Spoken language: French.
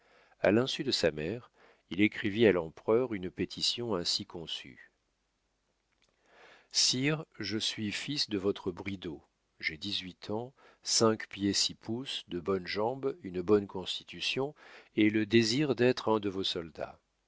a l'insu de sa mère il écrivit à l'empereur une pétition ainsi conçue sire je suis fils de votre bridau j'ai dix-huit ans cinq pieds six pouces de bonnes jambes une bonne constitution et le désir d'être un de vos soldats